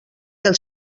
del